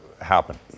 happen